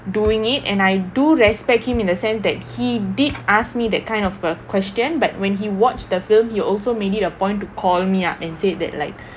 doing it and I do respect him in a sense that he did ask me that kind of a question but when he watched the film you also made it a point to call me up and said that like